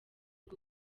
bwo